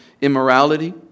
immorality